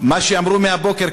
מה שאמרו מהבוקר,